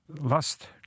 last